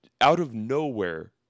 out-of-nowhere